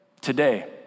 Today